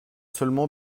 seulement